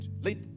late